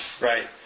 right